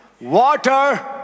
water